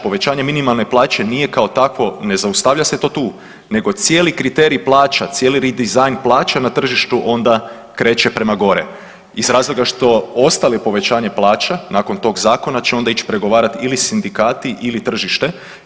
Povećanje minimalne plaće nije kao takvo, ne zaustavlja se to tu nego cijeli kriterij plaća, cijeli redizajn plaća na tržištu onda kreće prema gore iz razloga što ostali povećanje plaća nakon tog zakona će onda ić pregovarat ili sindikati ili tržište.